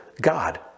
God